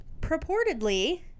Purportedly